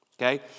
Okay